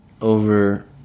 over